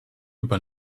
über